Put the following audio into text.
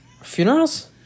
Funerals